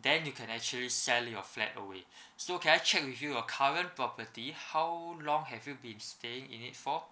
then you can actually sell your flat away so can I check with you your current property how long have you been staying in it for